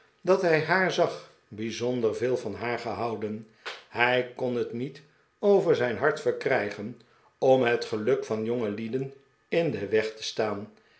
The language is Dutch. dat hij haar zag bijzonder veel van haar gehouden hij kon het niet over zijn hart verkrijgen om het geluk van jongelieden in den weg te staan